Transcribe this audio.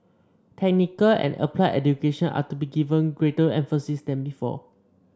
technical and applied education are to be given greater emphasis than before